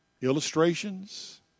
illustrations